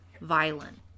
violent